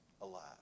alive